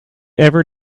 ever